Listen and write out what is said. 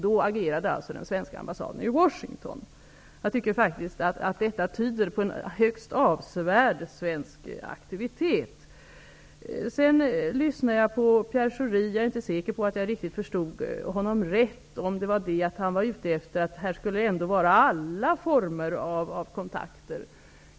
Då agerade alltså den svenska ambassaden i Jag tycker faktiskt att detta tyder på en högst avsevärd svensk aktivitet. Jag lyssnade på Pierre Schori. Jag är inte säker på att jag förstod honom riktigt rätt. Var han ute efter att här skulle förekomma alla former av kontakter?